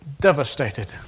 devastated